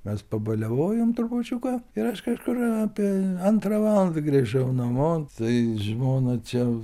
mes pabaliavojom trupučiuką ir aš kažkur apie antrą valandą grįžau namo tai žmona čia